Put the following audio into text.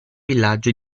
villaggio